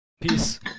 Peace